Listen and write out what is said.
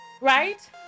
Right